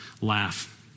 laugh